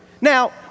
Now